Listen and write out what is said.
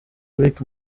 riek